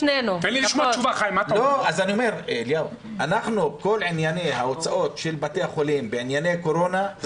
כל ענייני הוצאות של בתי-החולים בעניין הקורונה,